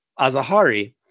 Azahari